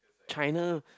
China